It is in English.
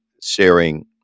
sharing